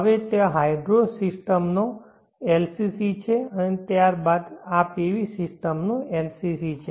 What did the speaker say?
હવે ત્યાં હાઇડ્રો સિસ્ટમનો LCC છે અને ત્યારબાદ આ PV સિસ્ટમનો LCC છે